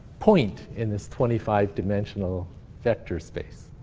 point in this twenty five dimensional vector space.